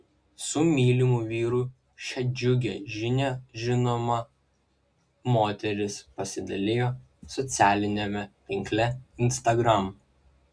su mylimu vyru šia džiugia žinia žinoma moteris pasidalijo socialiniame tinkle instagram